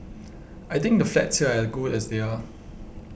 I think the flats here are good as they are